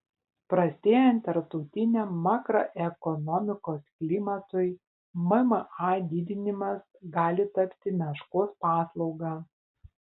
prastėjant tarptautiniam makroekonomikos klimatui mma didinimas gali tapti meškos paslauga